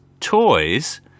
Toys